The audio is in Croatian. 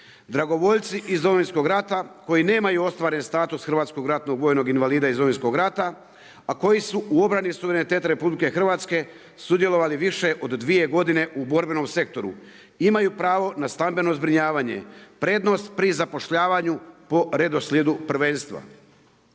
Dragovoljci iz Domovinskog rata koji nemaju ostvaren status hrvatskog ratnog invalida iz Domovinskog rata, a koji su u obrani suvereniteta RH sudjelovali više od 2 godine u borbenom sektoru, imaju pravo na stambeno zbrinjavanje, prednost pri zapošljavanju po redoslijedu prvenstva.